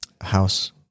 house